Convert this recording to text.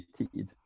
tid